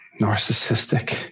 narcissistic